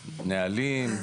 נהלים.